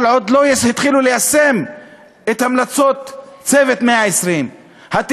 אבל עוד לא התחילו ליישם את המלצות "צוות 120 הימים".